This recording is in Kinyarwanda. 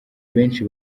benshi